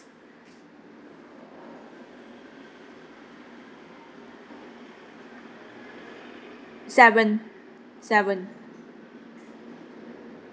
seven seven